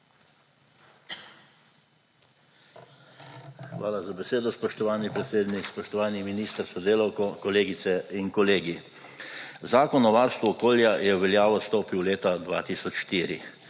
Hvala za besedo, spoštovani predsednik. Spoštovani minister s sodelavko, kolegice in kolegi! Zakon o varstvu okolja je v veljavo stopil leta 2004.